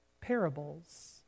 parables